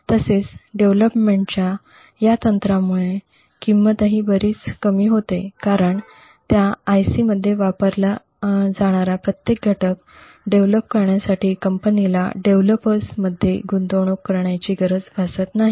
तसेच डेव्हलपमेंटच्या या तंत्रामुळे किंमतही बरीच कमी होते कारण त्या IC मध्ये वापरला जाणारा प्रत्येक घटक डेव्हलप करण्यासाठी कंपनीला डेव्हलपर्स मध्ये गुंतवणूक करण्याची गरज भासणार नाही